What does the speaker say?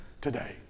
today